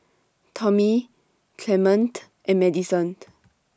Tommy Clemente and Madison